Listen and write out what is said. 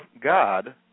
God